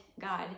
God